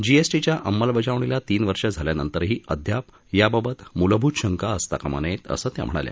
जीएसटीच्या अंमलबजावणीला तीन वर्ष झाल्यानंतरही अद्याप याबाबत मुलभूत शंका असता कामा नयेत असं त्या म्हणाल्या